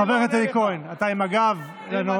חבר הכנסת אלי כהן, אתה עם הגב לנואם.